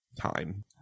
time